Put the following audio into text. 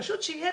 פשוט שיהיה,